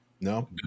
no